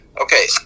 okay